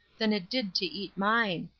than it did to eat mine,